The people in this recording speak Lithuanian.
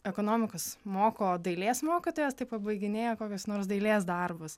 ekonomikos moko dailės mokytojas tai pabaiginėja kokius nors dailės darbus